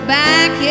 back